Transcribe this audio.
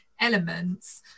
elements